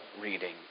reading